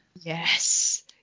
Yes